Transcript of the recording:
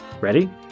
Ready